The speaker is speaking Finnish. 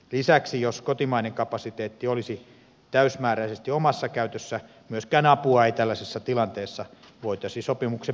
lisäksi jos kotimainen kapasiteetti olisi täysimääräisesti omassa käytössä myöskään apua ei tällaisessa tilanteessa voitaisi sopimuksen perusteella antaa